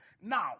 Now